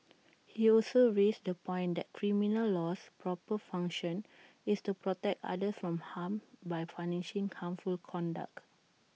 he also raised the point that criminal law's proper function is to protect others from harm by punishing harmful conduct